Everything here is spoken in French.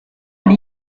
elle